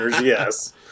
yes